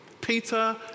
Peter